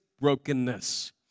brokenness